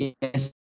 yes